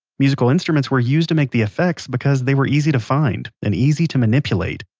musical instruments were used to make the effects because they were easy to find, and easy to manipulate.